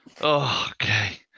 okay